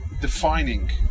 defining